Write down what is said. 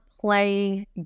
playing